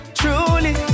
truly